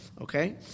Okay